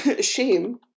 shame